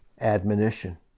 admonition